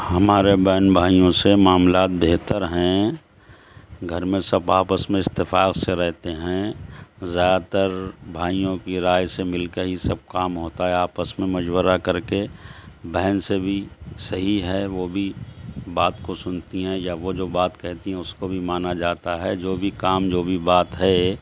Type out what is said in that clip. ہمارے بہن بھائیوں سے معاملات بہتر ہیں گھر میں سب آپس میں اتفاق سے رہتے ہیں زیادہ تر بھائیوں کی رائے سے مل کر ہی سب کام ہوتا ہے آپس میں مشورہ کر کے بہن سے بھی صحیح ہے وہ بھی بات کو سنتی ہیں یا وہ جو بات کہتی ہیں اس کو بھی مانا جاتا ہے جو بھی کام جو بھی بات ہے